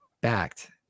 Backed